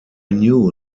knew